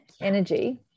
energy